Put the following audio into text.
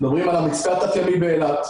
מדברים על מצפה התת ימי באילת,